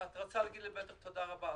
את בטח רוצה להגיד לי תודה רבה.